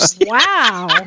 Wow